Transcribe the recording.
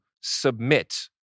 submit